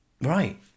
Right